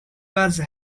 was